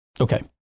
Okay